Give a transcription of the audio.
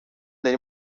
داری